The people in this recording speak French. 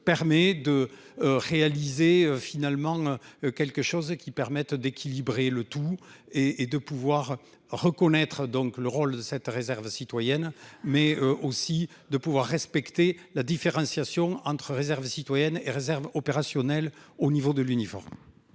permet de réaliser finalement quelque chose et qui permettent d'équilibrer le tout et et de pouvoir reconnaître donc le rôle de cette réserve citoyenne mais aussi de pouvoir respecter la différenciation entre réserve citoyenne et réserve opérationnelle au niveau de l'uniforme.